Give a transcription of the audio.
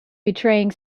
betraying